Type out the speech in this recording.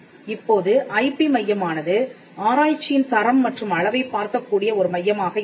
இப்போது ஐபி மையமானது ஆராய்ச்சியின் தரம் மற்றும் அளவைப் பார்க்கக்கூடிய ஒரு மையமாக இருக்கும்